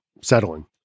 settling